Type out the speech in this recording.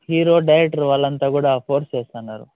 hero director వాళ్ళంతా కూడా force చేస్తున్నారు